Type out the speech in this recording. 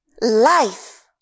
life